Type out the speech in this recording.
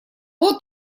вот